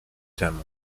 temu